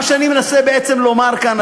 מה שאני מנסה בעצם לומר כאן,